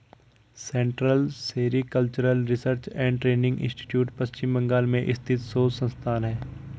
central sericultural research and training institute Paschim Bangal में स्थित शोध संस्थान है